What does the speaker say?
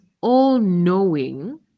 all-knowing